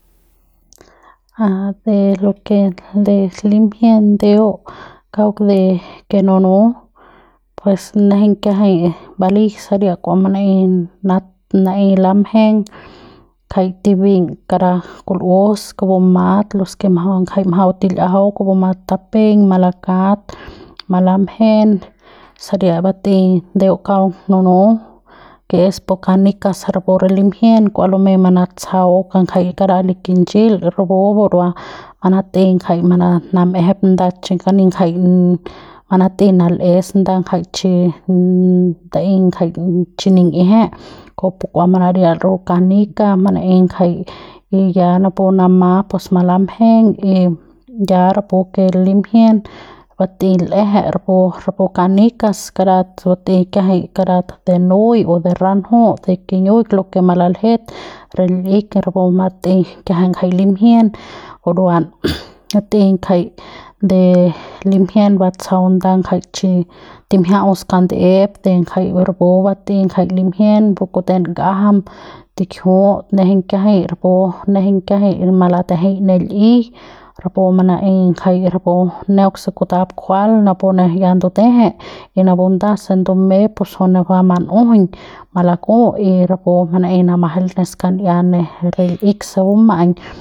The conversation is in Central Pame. A de lo ke de limjien ndeu kauk de ke nunu pues nejeiñ kiajai baleik saria kua manaei na manaei lamjen ngjai tibiñ kara kul'us kupu mat los ke majau ngjai majau til'iajau kupu mat matapeiñ malakat malamjen saria batei ndeu kaung nunum ke es pu canicas rapu re limjien kua lumei manatsjau ngjai kara li kitch'il rapu burua manat'ei jai manamjep nda chicani ngjai manatei nal'es nda ngjai chi ndaei ngjai chi nin'ieje kujupu kua mandadial rapu canica manaei ngjai y ya napu namat pus malajen y y ya rapu ke limjien batei l'eje rapu rapu canicas karat bateik kiajai karat de nui o de ranjut de kiñiuik de lo ke malaljet re l'ik rapu bat'ei kiajai ngjai limjien buruan batei ngjai de limjien batsjau nda ngjai chi timjia'au skandep de ngjai rapu batei ngjai limjien pu lute ngajam tikjiut nejeiñ kiajai rapu nejeiñ kiajai malatejeiñ ne l'i rapu manaei ngjai rapu neuk se kutap kuaja'al napu ne ya nduteje y napu nda se ndume pus jui ne ba man'ujuiñ malaku y rapu manei namajail ne skan'ia re l'ik se buma'aiñ.